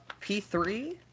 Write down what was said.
P3